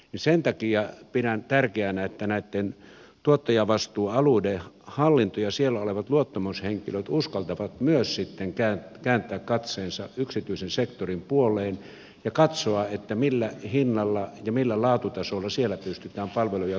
sen takia pidän tärkeänä että näitten tuottajavastuualueiden hallinto ja siellä olevat luottamushenkilöt uskaltavat myös sitten kääntää katseensa yksityisen sektorin puoleen ja katsoa millä hinnalla ja millä laatutasolla siellä pystytään palveluja tuottamaan